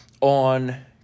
on